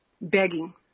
begging